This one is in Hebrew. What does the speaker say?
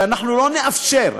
שאנחנו לא נאפשר,